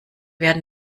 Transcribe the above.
werden